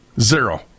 Zero